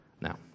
Now